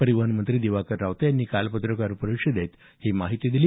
परिवहन मंत्री दिवाकर रावते यांनी काल पत्रकार परिषदेत ही माहिती दिली